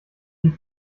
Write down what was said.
die